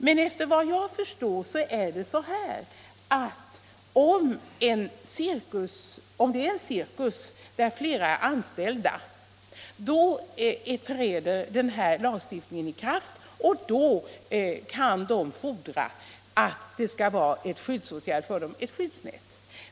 Men efter vad jag förstår förhåller det sig så, att om det är en cirkus med flera anställda träder lagstiftningen i kraft, och då kan artisterna fordra att det skall vidtas en skyddsåtgärd för dem, alltså att ett skyddsnät sätts upp.